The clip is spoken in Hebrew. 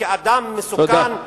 וכאדם מסוכן לעם,